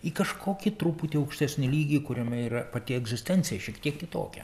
į kažkokį truputį aukštesnį lygį kuriame yra pati egzistencija šiek tiek kitokia